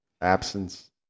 Absence